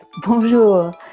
Bonjour